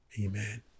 Amen